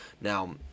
Now